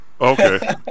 Okay